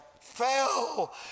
fell